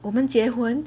我们结婚